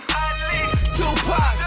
Tupac